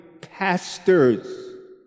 pastors